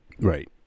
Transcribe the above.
right